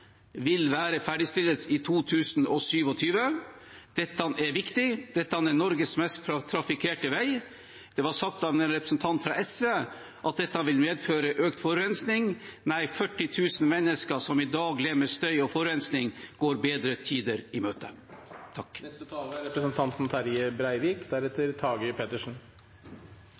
vil være ferdigstilt i 2027. Dette er viktig. Dette er Norges mest trafikkerte vei. Det ble sagt av en representant fra SV at dette vil medføre økt forurensning. Nei, 40 000 mennesker som i dag lever med støy og forurensning, går bedre tider i møte. Ved revideringa av budsjettet for 2019 halvvegs inn i året er